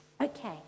Okay